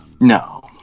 No